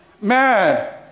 Man